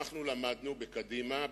אנחנו למדנו בקדימה,